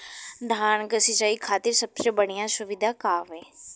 धान क सिंचाई खातिर सबसे बढ़ियां सुविधा का हवे?